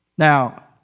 Now